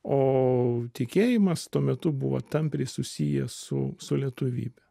o tikėjimas tuo metu buvo tampriai susijęs su su lietuvybe